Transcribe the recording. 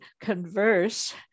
converse